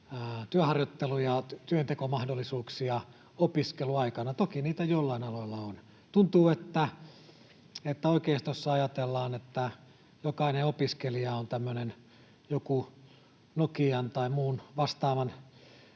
työharjoittelu- ja työntekomahdollisuuksia opiskeluaikana; toki niitä joillain aloilla on. Tuntuu, että oikeistossa ajatellaan, että jokainen opiskelija on tämmöinen joku Nokian tai muun vastaavan